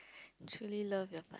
truly love your